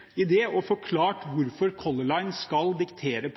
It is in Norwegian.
i det og forklart hvorfor Color Line skal diktere